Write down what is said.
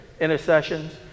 intercessions